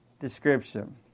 description